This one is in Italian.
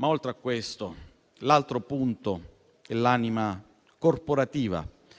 Oltre a questo, però, l'altro punto è l'anima corporativa